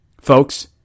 Folks